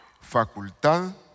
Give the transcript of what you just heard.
Facultad